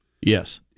Yes